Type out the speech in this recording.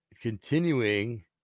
continuing